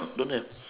don't have